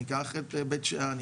ניקח את בית שאן,